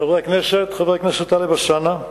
חברי הכנסת, חבר הכנסת טלב אלסאנע,